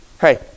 hey